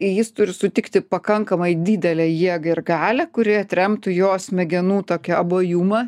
jis turi sutikti pakankamai didelę jėgą ir galią kuri atremtų jo smegenų tokią abuojumą